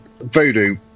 Voodoo